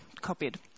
copied